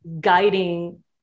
guiding